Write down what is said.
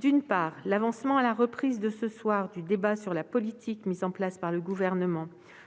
d'une part, l'avancement à la reprise de ce soir du débat sur la politique mise en place par le Gouvernement